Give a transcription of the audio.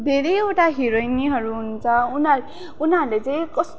धेरैवटा हिरोइनहरू हुन्छ उनीहरू उनीहरूले चाहिँ कस्